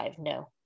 No